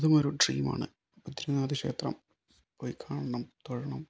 അതും ഒരു ഡ്രീമാണ് ബദ്രീനാഥ് ക്ഷേത്രം പോയി കാണണം തൊഴണം